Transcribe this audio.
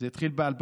זה התחיל ב-2013,